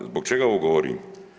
Zbog čega ovo govorim?